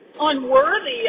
unworthy